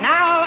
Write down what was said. Now